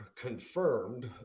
confirmed